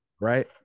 right